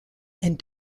and